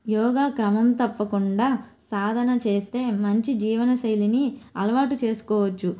యోగా క్రమం తప్పకుండా సాధన చేస్తే మంచి జీవనశైలిని అలవాటు చేసుకోవచ్చు